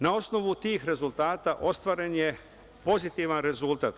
Na osnovu tih rezultata ostvaren je pozitivan rezultat.